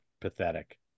pathetic